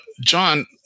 John